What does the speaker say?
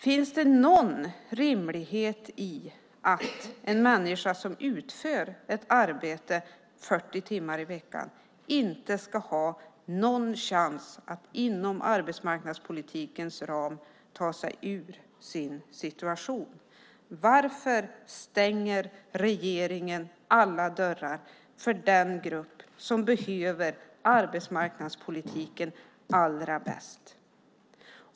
Finns det någon rimlighet i att en människa som utför ett arbete 40 timmar i veckan inte ska ha någon chans att inom arbetsmarknadspolitikens ram ta sig ur sin situation? Varför stänger regeringen alla dörrar för den grupp som behöver arbetsmarknadspolitiken allra bäst?